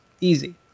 Easy